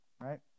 Right